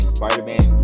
Spider-Man